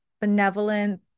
benevolent